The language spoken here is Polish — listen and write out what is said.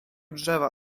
drzewa